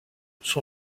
son